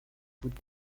voûte